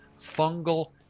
fungal